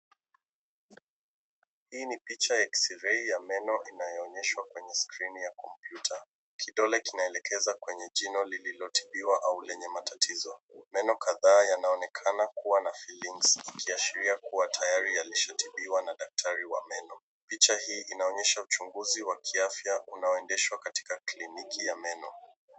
Hii ni picha ya X-ray ya meno inayoonyeshwa kwenye skrini ya kompuyta kidole kinaelekeza kwenye jino lililotipiwa au Ienye matatizo. Meno kadhaa yanaonekana kuwa na fillings kuonyesha kuwa tayari yalishatibiwa na daktari wa meno picha hii inaonyesha uchunguzi wa kiafya unaoendelezwa katika kliniki ya meno.